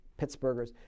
Pittsburghers